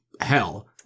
hell